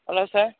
hello sir